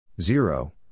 Zero